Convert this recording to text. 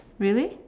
really